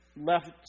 left